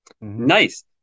Nice